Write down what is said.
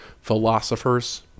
philosophers